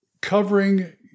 covering